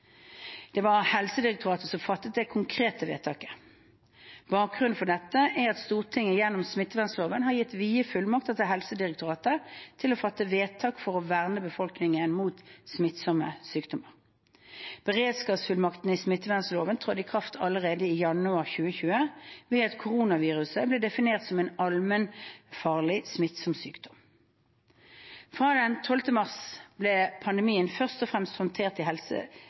Det var Helsedirektoratet som fattet det konkrete vedtaket. Bakgrunnen for dette er at Stortinget gjennom smittevernloven har gitt vide fullmakter til Helsedirektoratet til å fatte vedtak for å verne befolkningen mot smittsomme sykdommer. Beredskapsfullmaktene i smittevernloven trådte i kraft allerede i januar 2020 ved at koronaviruset ble definert som en allmennfarlig smittsom sykdom. Frem til den 12. mars ble pandemien først og fremst håndtert i